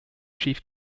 chief